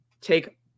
take